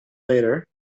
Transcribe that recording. later